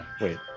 Wait